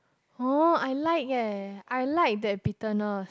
oh I like eh I like that bitterness